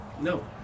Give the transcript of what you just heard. No